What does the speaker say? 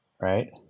Right